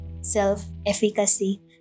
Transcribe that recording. self-efficacy